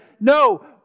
No